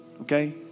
Okay